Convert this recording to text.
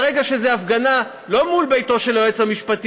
ברגע שזה הפגנה לא מול ביתו של היועץ המשפטי,